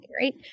right